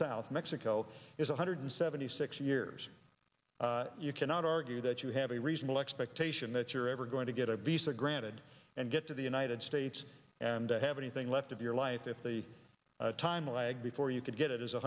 south mexico is one hundred seventy six years you cannot argue that you have a reasonable expectation that you're ever going to get obese or granted and get to the united states and to have anything left of your life if the time lag before you could get it is